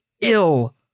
ill